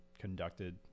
conducted